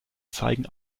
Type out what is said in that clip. zeigen